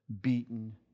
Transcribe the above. beaten